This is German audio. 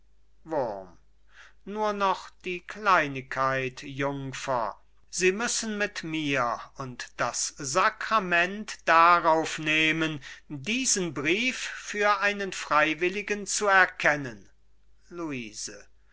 nur noch die kleinigkeit jungfer die müssen mit mir und das sacrament darauf nehmen diesen brief für einen freiwilligen zu erkennen luise